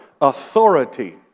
authority